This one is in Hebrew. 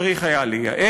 צריך היה לייעל,